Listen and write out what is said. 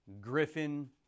griffin